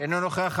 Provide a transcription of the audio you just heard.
אינו נוכח.